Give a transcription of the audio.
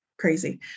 crazy